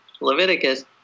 Leviticus